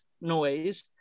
noise